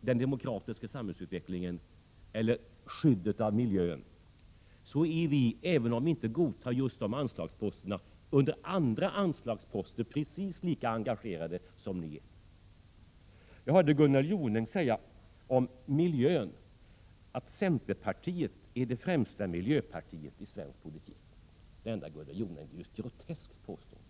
den demokratiska samhällsutvecklingen eller skyddet av miljön så är vi, även om vi inte godtar just dessa anslagsposter, under andra anslagsposter precis lika engagerade som ni är. Jag hörde Gunnel Jonäng säga om miljön att centerpartiet är det främsta miljöpartiet i svensk politik. Snälla Gunnel Jonäng, det är ju ett groteskt påstående!